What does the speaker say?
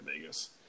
Vegas